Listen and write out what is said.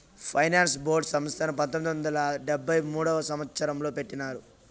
finance board సంస్థను పంతొమ్మిది వందల డెబ్భై మూడవ సంవచ్చరంలో పెట్టినారు